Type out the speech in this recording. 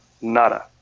nada